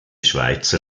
schweizer